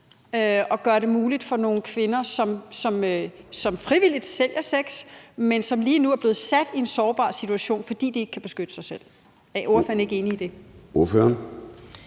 at gøre det muligt for nogle kvinder, som frivilligt sælger sex, men som lige nu er blevet sat i en sårbar situation, fordi de ikke kan beskytte sig selv. Er ordføreren ikke enig i det? Kl.